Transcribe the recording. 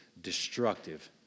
destructive